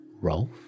Rolf